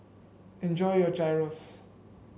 enjoy your Gyros